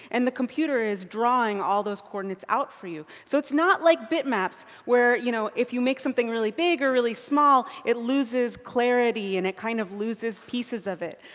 and the computer is drawing all those coordinates out for you. so it's not like bitmaps, where you know if you make something really big or really small, it loses clarity or and it kind of loses pieces of it.